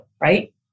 right